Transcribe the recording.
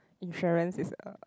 insurance is a